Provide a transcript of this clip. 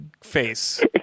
face